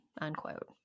unquote